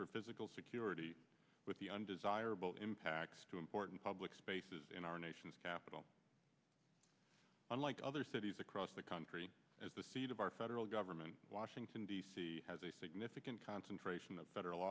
for physical security with the undesirable impacts to important public spaces in our nation's capital unlike other cities across the country as the seat of our federal government washington d c has a significant concentration of federal